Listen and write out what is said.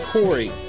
Corey